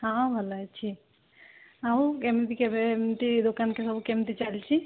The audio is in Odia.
ହଁ ଭଲ ଅଛି ଆଉ କେମିତି କେବେ ଏମିତି ଦୋକାନ ସବୁ କେମିତି ଚାଲିଛି